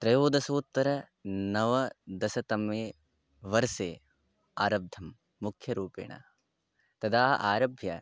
त्रयोदशोत्तरनवदशतमे वर्षे आरब्धं मुख्यरूपेण तदा आरभ्य